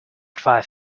five